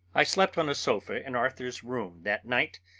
i slept on a sofa in arthur's room that night.